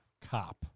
cop